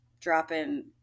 dropping